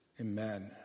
Amen